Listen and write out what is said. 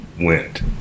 went